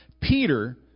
Peter